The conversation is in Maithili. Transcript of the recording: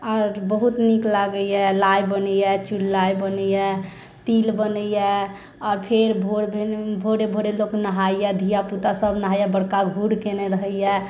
आओर बहुत नीक लागैया लाइ बनैया चुड़लाइ बनैया तिल बनैया आओर फिर भोरे भोरे लोक नहाइया धिया पुता सभ नहाइया बड़का घूर कयने रहैया